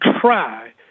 try